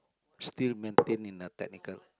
still maintain in a technical